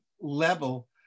level